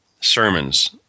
sermons